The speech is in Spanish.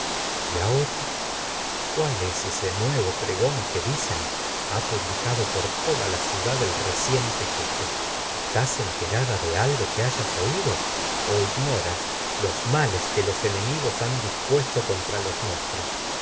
y ahora cuál es ese nuevo pregón que dicen ha publicado por toda la ciudad el reciente jefe estás enterada de algo que que hayas oído o ignoras los males los enemigos han dispuesto contra los nuestros